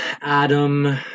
Adam